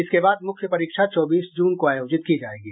इसके बाद मुख्य परीक्षा चौबीस जून को आयोजित की जायेगी